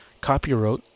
copyright